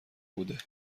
بوده